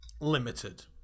Limited